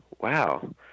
wow